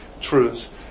truths